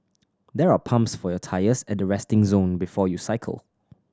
there are pumps for your tyres at the resting zone before you cycle